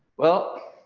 well,